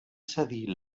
cedir